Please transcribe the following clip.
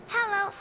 Hello